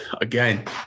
again